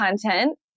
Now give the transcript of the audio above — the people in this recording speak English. content